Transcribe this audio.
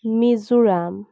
Mizoram